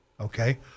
Okay